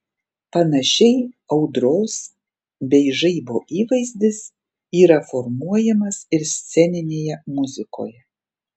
panašiai audros bei žaibo įvaizdis yra formuojamas ir sceninėje muzikoje